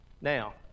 now